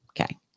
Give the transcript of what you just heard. Okay